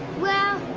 well,